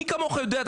מי כמוך יודע,